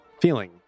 feeling